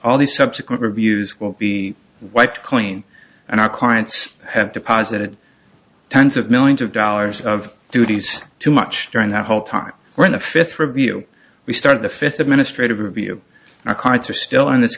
all the subsequent reviews will be wiped clean and our clients have deposited tens of millions of dollars of duties too much during the whole time we're in the fifth review we started the fifth administrative review our cards are still on this